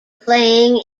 playing